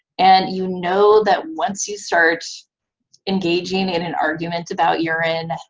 and you know that once you start engaging in an argument about urine,